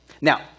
Now